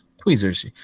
tweezers